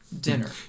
Dinner